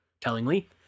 Tellingly